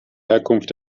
herkunft